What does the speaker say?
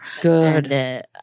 Good